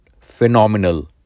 phenomenal